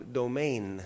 domain